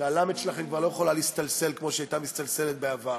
שהלמ"ד שלכם כבר לא יכולה להסתלסל כמו שהייתה מסתלסלת בעבר.